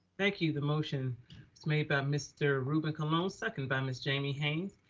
thank you. the motion is made by mr. ruben colon second by miss jamie haynes.